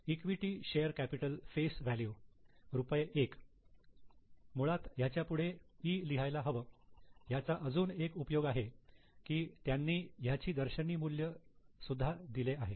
equity share capital face value रुपये 1 मुळात याच्यापुढे 'E' लिहायला हवं याचा अजून एक उपयोग आहे की त्यांनी ह्याचे दर्शनी मूल्य सुद्धा दिले आहे